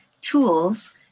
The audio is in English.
tools